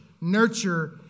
nurture